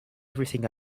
everything